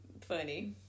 funny